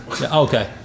Okay